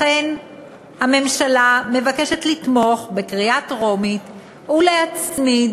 לכן הממשלה מבקשת לתמוך בקריאה טרומית ולהצמיד,